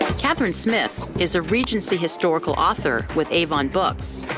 kathryn smith is a regency historical author with avon books.